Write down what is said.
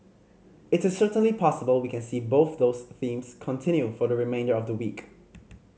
it is certainly possible we can see both those themes continue for the remainder of the week